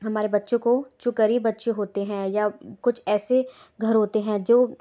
हमारे बच्चों को जो गरीब बच्चे होतें हैं या कुछ ऐसे घर होते हैं जो